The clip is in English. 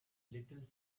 little